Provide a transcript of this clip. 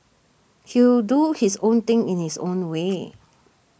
he'll do his own thing in his own way